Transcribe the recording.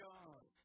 God